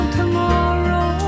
tomorrow